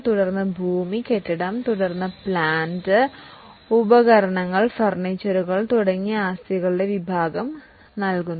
തുടർന്ന് ഭൂമി കെട്ടിടം തുടർന്ന് പ്ലാന്റ് ഉപകരണങ്ങൾ ഫർണിച്ചർ ഫർണിച്ചറുകൾ തുടങ്ങി ആസ്തികളുടെ വിവരം നൽകുന്നു